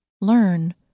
learn